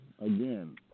again